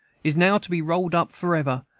is now to be rolled up forever,